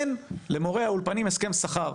אין למורי האולפנים הסכם שכר.